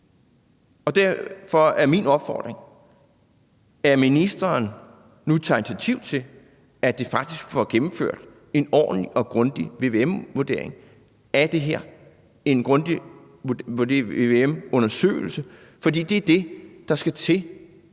Derfor er min opfordring, at ministeren nu tager initiativ til, at vi faktisk får gennemført en ordentlig og grundig vvm-undersøgelse af det her, for det er det, der skal til, mener